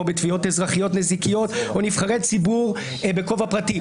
בתביעות אזרחיות נזיקיות או נבחרי ציבור בכובע פרטי.